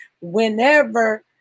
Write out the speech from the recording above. whenever